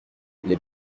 les